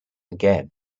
again